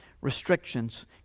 restrictions